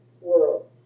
world